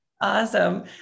Awesome